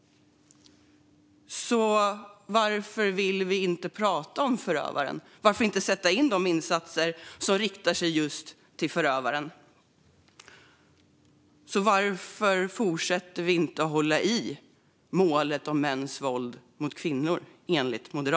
Varför vill vi inte prata om förövaren? Varför inte sätta in de insatser som riktar sig just mot förövaren? Varför vill inte Moderaterna fortsätta att hålla i målet om mäns våld mot kvinnor?